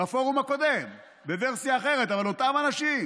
בפורום הקודם, בוורסיה אחרת, אבל אותם אנשים.